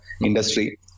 industry